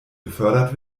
befördert